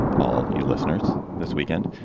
all you listeners this weekend,